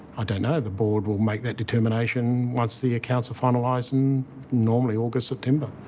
don't know. the board will make that determination once the accounts are finalised in normally august, september.